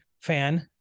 fan